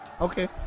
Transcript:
Okay